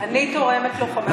אני תורמת לו חמש דקות.